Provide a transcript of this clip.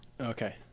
Okay